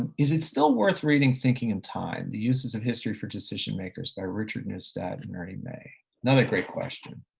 and is it still worth reading thinking in time the uses of history for decision makers by richard neustadt and ernest may? another great question.